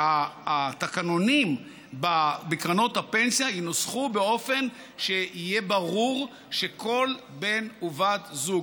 שהתקנונים בקרנות הפנסיה ינוסחו באופן שיהיה ברור שכל בן או בת זוג,